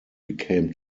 became